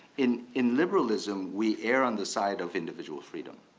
in in liberalism, we err on the side of individual freedom.